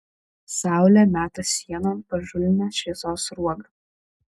saulė meta sienon pažulnią šviesos sruogą